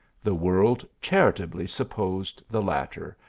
the world charitably supposed the latter,